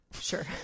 sure